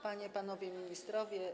Panie i Panowie Ministrowie!